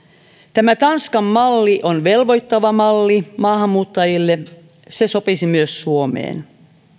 tämä tanskan malli on velvoittava malli maahanmuuttajille se sopisi myös suomeen